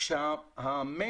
כאשר החלק